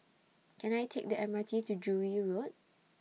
Can I Take The M R T to Joo Yee Road